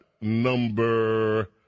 number